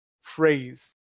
phrase